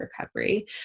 recovery